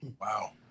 Wow